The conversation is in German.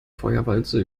feuerwalze